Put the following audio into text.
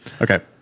Okay